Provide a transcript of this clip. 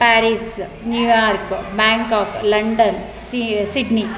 Paris New York Bangkok London ಸೀಯ Sydney